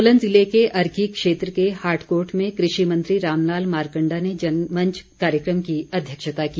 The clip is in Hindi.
सोलन ज़िले के अर्की क्षेत्र के हाटकोट में कृषि मंत्री रामलाल मारकण्डा ने जनमंच कार्यक्रम की अध्यक्षता की